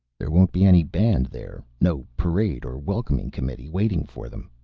there won't be any band, there. no parade or welcoming committee waiting for them.